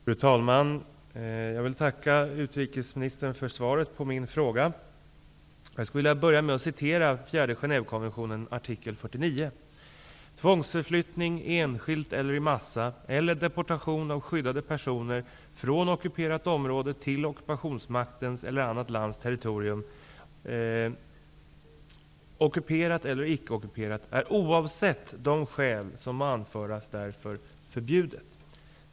Fru talman! Jag vill tacka utrikesministern för svaret på min fråga. Jag vill börja med att citera ur den 4 ''Tvångsförflyttning, enskilt eller i massa, eller deportation av skyddade personer från ockuperat område till ockupationsmaktens eller annat lands territorium, ockuperat eller icke ockuperat, är oavsett de skäl som må anföras därför förbjudet''.